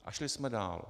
A šli jsme dál.